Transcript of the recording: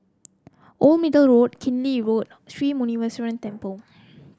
Old Middle Road Killiney Road Sri Muneeswaran Temple